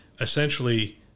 essentially